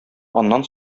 аннан